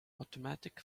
automatic